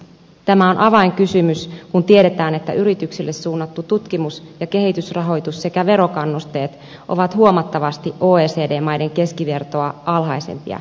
tämä on avainkysymys kun tiedetään että yrityksille suunnattu tutkimus ja kehitysrahoitus sekä verokannusteet ovat huomattavasti oecd maiden keskivertoa alhaisempia meillä